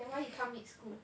then why he come mixed school